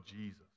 Jesus